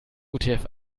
utf